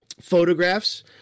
photographs